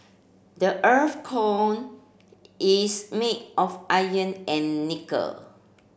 the earth's core is made of iron and nickel